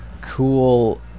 cool